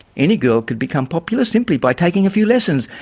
any girl could become popular simply by taking a few lessons,